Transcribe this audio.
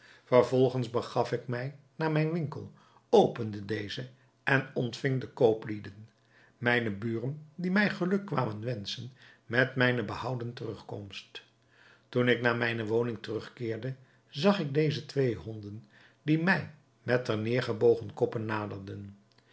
vervolgens begaf ik mij naar mijn winkel opende deze en ontving de kooplieden mijne buren die mij geluk kwamen wenschen met mijne behouden terugkomst toen ik naar mijne woning terugkeerde zag ik deze twee honden die mij met ter neêr gebogen koppen naderden